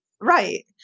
Right